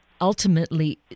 ultimately